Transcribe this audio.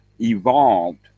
evolved